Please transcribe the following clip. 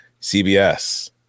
CBS